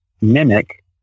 mimic